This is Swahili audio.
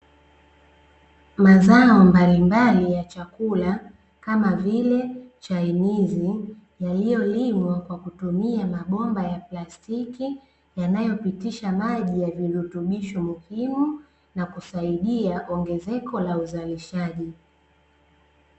mazao mbalimbali ya chakula kama vile chainizi yaliyolimwa kwa kutumia mabomba ya plastiki yanayopitisha maji ya virutubisho muhimu nakusaidia ongezeko la uzalishaji.